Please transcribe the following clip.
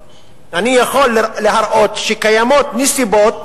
אני יכול להראות שקיימות נסיבות